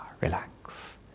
relax